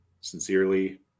Sincerely